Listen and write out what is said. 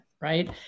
right